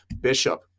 Bishop